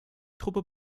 truppe